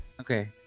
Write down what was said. Okay